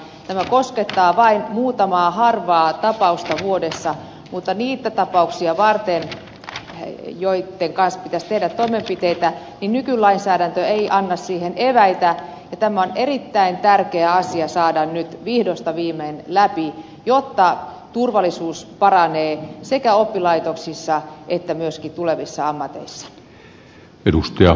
tämä koskettaa vain muutamaa harvaa tapausta vuodessa mutta niitä tapauksia varten joitten kanssa pitäisi tehdä toimenpiteitä nykylainsäädäntö ei anna eväitä ja tämä on erittäin tärkeä asia saada nyt vihdosta viimein läpi jotta turvallisuus paranee sekä oppilaitoksissa että myöskin tulevissa ammateissa